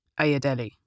Ayadeli